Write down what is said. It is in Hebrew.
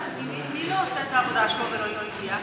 מי לא עושה את העבודה שלו ולא הגיע?